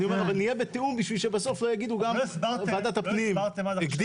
אבל נהיה בתיאום כדי שלא יגידו אחר כך ועדת הפנים הגדילה